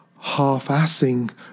half-assing